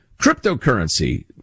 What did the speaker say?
Cryptocurrency